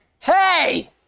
Hey